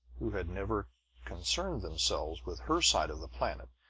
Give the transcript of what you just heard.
who had never concerned themselves with her side of the planet,